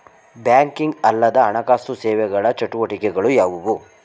Banking ಅಲ್ಲದ ಹಣಕಾಸು ಸೇವೆಗಳ ಚಟುವಟಿಕೆಗಳು ಯಾವುವು?